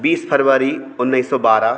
बीस फरवरी उन्नीस सौ बारह